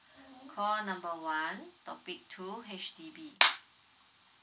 call number one topic two H_D_B